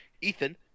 Ethan